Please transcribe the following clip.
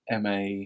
ma